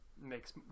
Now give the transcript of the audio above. makes